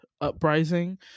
uprising